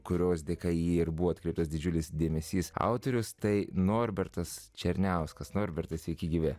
kurios dėka ji ir buvo atkreiptas didžiulis dėmesys autorius tai norbertas černiauskas norbertas iki gyvi